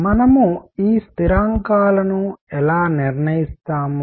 మనము ఈ స్థిరాంకాలను ఎలా నిర్ణయిస్తాము